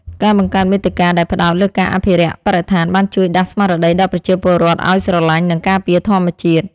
ការបង្កើតមាតិកាដែលផ្ដោតលើការអភិរក្សបរិស្ថានបានជួយដាស់ស្មារតីដល់ប្រជាពលរដ្ឋឱ្យស្រឡាញ់ និងការពារធម្មជាតិ។